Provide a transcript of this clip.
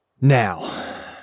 Now